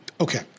Okay